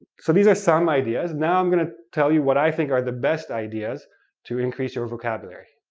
so these are some ideas, now i'm going to tell you what i think are the best ideas to increase your vocabulary.